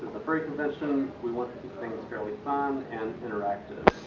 a furry convention we want to keep things fairly fun and interactive.